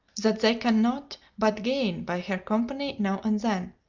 that they can not but gain by her company now and then.